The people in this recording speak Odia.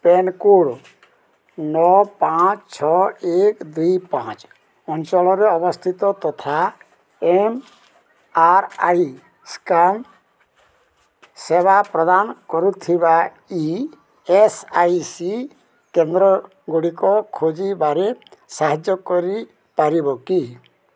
ପିନ୍କୋଡ଼୍ ନଅ ପାଞ୍ଚ ଛଅ ଏକ ଦୁଇ ପାଞ୍ଚ ଅଞ୍ଚଳରେ ଅବସ୍ଥିତ ତଥା ଏମ୍ ଆର୍ ଆଇ ସ୍କାନ୍ ସେବା ପ୍ରଦାନ କରୁଥିବା ଇ ଏସ୍ ଆଇ ସି କେନ୍ଦ୍ରଗୁଡ଼ିକ ଖୋଜିବାରେ ସାହାଯ୍ୟ କରିପାରିବ କି